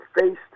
faced